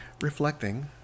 reflecting